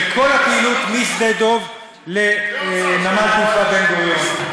כל הפעילות משדה-דב לנמל תעופה בן-גוריון.